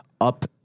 up